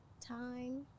time